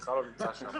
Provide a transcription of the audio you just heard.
זה בכלל לא נמצא שם,